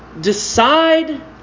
decide